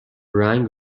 رنگ